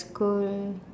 school